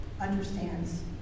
Understands